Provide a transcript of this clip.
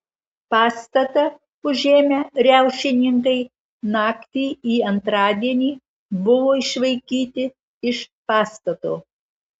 pastatą užėmę riaušininkai naktį į antradienį buvo išvaikyti iš pastato